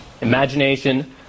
Imagination